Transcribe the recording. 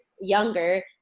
younger